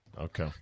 Okay